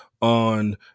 on